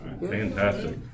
fantastic